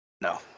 No